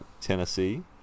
Tennessee